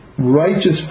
righteous